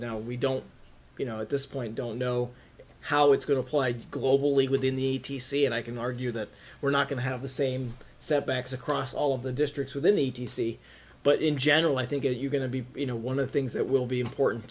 now we don't you know at this point don't know how it's going to apply globally within the a t c and i can argue that we're not going to have the same setbacks across all of the districts within the d c but in general i think that you're going to be you know one of things that will be important